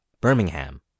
Birmingham